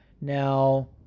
Now